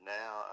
now